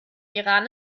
iran